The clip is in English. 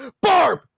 barb